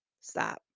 stop